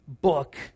book